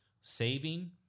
saving